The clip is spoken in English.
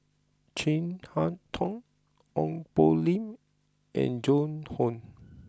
Chin Harn Tong Ong Poh Lim and Joan Hon